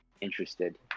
interested